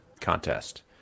contest